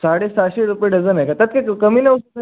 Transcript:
साडे सहाशे रुपये डझन आहे का त्यात काही क कमी नाही होत का